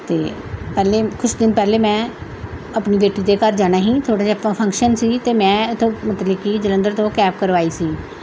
ਅਤੇ ਪਹਿਲਾਂ ਕੁਛ ਦਿਨ ਪਹਿਲਾਂ ਮੈਂ ਆਪਣੀ ਬੇਟੀ ਦੇ ਘਰ ਜਾਣਾ ਸੀ ਥੋੜ੍ਹਾ ਜਿਹਾ ਆਪਾਂ ਫੰਕਸ਼ਨ ਸੀ ਅਤੇ ਮੈਂ ਇੱਥੋਂ ਮਤਲਬ ਕਿ ਜਲੰਧਰ ਤੋਂ ਕੈਬ ਕਰਵਾਈ ਸੀ